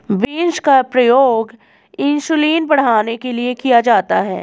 beans का प्रयोग insulin बढ़ाने के लिए किया जाता है